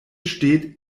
steht